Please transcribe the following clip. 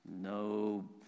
no